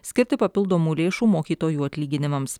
skirti papildomų lėšų mokytojų atlyginimams